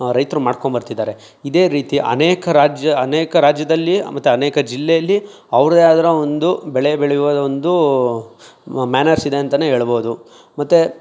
ರೈತರು ಮಾಡ್ಕೊಂಡು ಬರ್ತಿದ್ದಾರೆ ಇದೇ ರೀತಿ ಅನೇಕ ರಾಜ್ಯ ಅನೇಕ ರಾಜ್ಯದಲ್ಲಿ ಮತ್ತೆ ಅನೇಕ ಜಿಲ್ಲೆಯಲ್ಲಿ ಅವ್ರದ್ದೇ ಆಗಿರೋ ಒಂದು ಬೆಳೆ ಬೆಳೆಯುವ ಒಂದು ಮ್ಯಾನರ್ಸ್ ಇದೆ ಅಂತಲೇ ಹೇಳಬೋದು ಮತ್ತೆ